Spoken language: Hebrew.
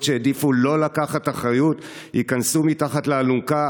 שהעדיפו לא לקחת אחריות: היכנסו מתחת לאלונקה.